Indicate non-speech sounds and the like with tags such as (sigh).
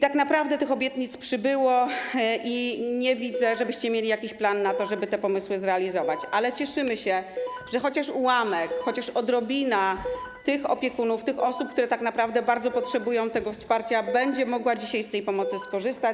Tak naprawdę tych obietnic przybyło i nie widzę, (noise) żebyście mieli jakiś plan na to, żeby te pomysły zrealizować, ale cieszymy się, że chociaż ułamek, chociaż odrobina tych opiekunów, tych osób, które tak naprawdę bardzo potrzebują tego wsparcia, będzie mogła dzisiaj z tej pomocy skorzystać.